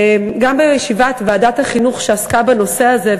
גם ישיבת ועדת החינוך עסקה בנושא הזה,